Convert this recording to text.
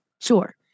Sure